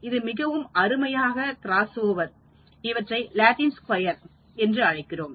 இது மிகவும் அருமையான க்ராஸ்ஓவர் இவற்றை லத்தீன் சதுர வடிவமைப்பு என்று அழைக்கிறோம்